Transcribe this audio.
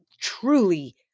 truly